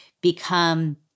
become